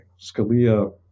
Scalia